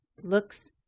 looks